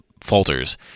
falters